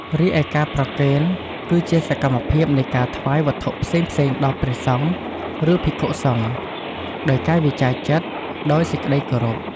រីឯ ការប្រគេន គឺជាសកម្មភាពនៃការថ្វាយវត្ថុផ្សេងៗដល់ព្រះសង្ឃ ឬភិក្ខុសង្ឃ ដោយកាយវាចាចិត្តដោយសេចក្តីគោរព។